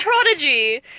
prodigy